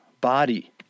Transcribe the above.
body